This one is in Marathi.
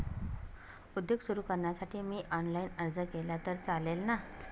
उद्योग सुरु करण्यासाठी मी ऑनलाईन अर्ज केला तर चालेल ना?